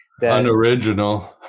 Unoriginal